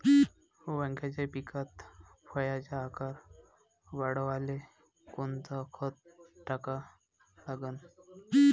वांग्याच्या पिकात फळाचा आकार वाढवाले कोनचं खत टाका लागन?